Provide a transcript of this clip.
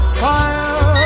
fire